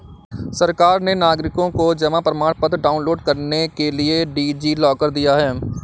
सरकार ने नागरिकों को जमा प्रमाण पत्र डाउनलोड करने के लिए डी.जी लॉकर दिया है